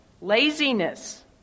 laziness